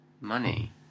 money